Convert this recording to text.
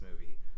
movie